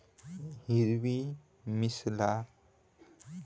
हिरवी सिमला मिरची ऍनिमियाची कमतरता दूर करण्यासाठी उपयोगी आसा